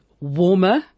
warmer